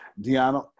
Diana